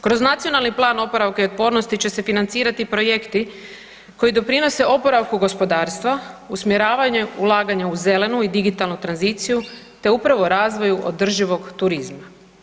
Kroz Nacionalni plan oporavka i otpornosti će se financirati projekti koji doprinose oporavku gospodarstva usmjeravanjem ulaganja u zelenu i digitalnu tranziciju te upravo razvoju održivog turizma.